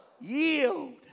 yield